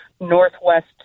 northwest